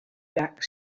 back